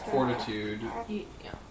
Fortitude